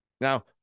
Now